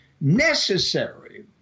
necessary